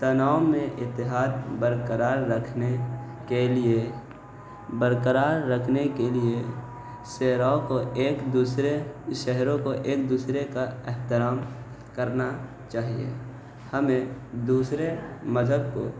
تناؤ میں اتحاد برقرار رکھنے کے لیے برقرار رکھنے کے لیے شراوں کو ایک دوسرے شہروں کو ایک دوسرے کا احترام کرنا چاہیے ہمیں دوسرے مذہب کو